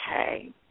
Okay